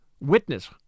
Witness